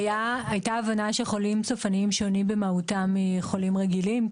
הייתה הבנה שחולים סופניים שונים במהותם מחולים רגילים,